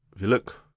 if you look